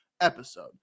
episode